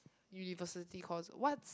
university cost what's